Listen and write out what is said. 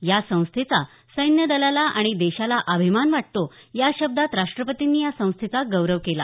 या संस्थेचा सैन्यदलाला आणि देशाला अभिमान वाटतो या शब्दांत राष्ट्रपतींनी या संस्थेचा गौरव केला